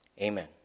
Amen